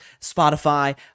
Spotify